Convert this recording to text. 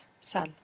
sal